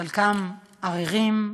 חלקם עריריים,